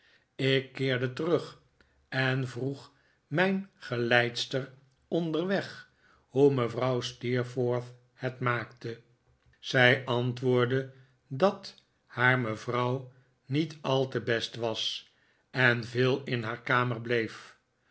ik keerde terug en vroeg mijn geleidster onderweg hoe mevrouw steerforth het maakte zij antwoordde dat haar mevrouw niet al'te'best was en veel in haar kamer bleef